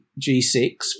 G6